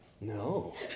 No